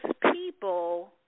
people